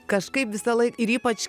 kažkaip visąlaik ir ypač